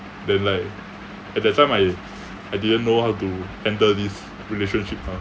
then like at that time I I didn't know how to handle this relationship ah